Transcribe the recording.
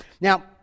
Now